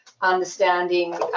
understanding